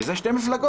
כי אלו שתי מפלגות.